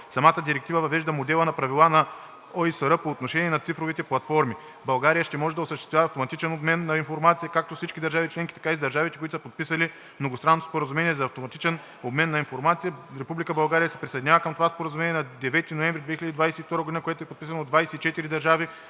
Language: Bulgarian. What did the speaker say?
Самата Директива въвежда и модела на правила на ОИСР по отношение на цифровите платформи. България ще може да осъществява автоматичен обмен на информация както с всички държави членки, така и с държавите, които са подписали Многостранното споразумение за автоматичен обмен на информация. България се присъединява към това споразумение на 9 ноември 2022 г., което е подписано от 24 държави,